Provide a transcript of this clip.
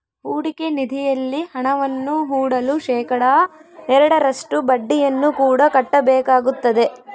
ಹೂಡಿಕೆ ನಿಧಿಯಲ್ಲಿ ಹಣವನ್ನು ಹೂಡಲು ಶೇಖಡಾ ಎರಡರಷ್ಟು ಬಡ್ಡಿಯನ್ನು ಕೂಡ ಕಟ್ಟಬೇಕಾಗುತ್ತದೆ